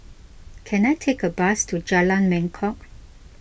can I take a bus to Jalan Mangkok